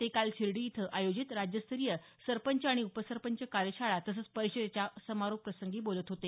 ते काल शिर्डी इथं आयोजित राज्यस्तरीय सरपंच आणि उपसरपंच कार्यशाळा तसंच परिषदेच्या समारोपप्रसंगी बोलत होते